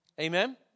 Amen